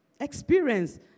experience